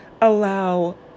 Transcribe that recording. allow